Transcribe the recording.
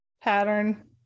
pattern